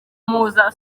muza